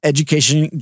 Education